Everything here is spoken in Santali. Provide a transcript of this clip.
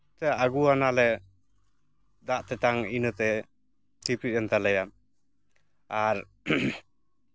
ᱛᱚ ᱟᱹᱜᱩ ᱟᱱᱟᱞᱮ ᱫᱟᱜ ᱛᱮᱛᱟᱝ ᱤᱱᱟᱹᱛᱮ ᱛᱤᱨᱯᱤᱫ ᱮᱱ ᱛᱟᱞᱮᱭᱟ ᱟᱨ